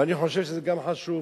ואני חושב שזה גם חשוב.